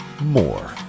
more